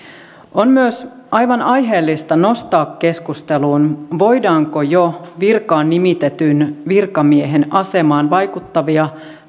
on myös aivan aiheellista nostaa keskusteluun voidaanko jo virkaan nimitetyn virkamiehen asemaan vaikuttavia